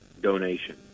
donation